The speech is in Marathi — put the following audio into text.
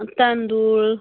तांदूळ